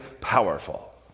powerful